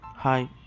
Hi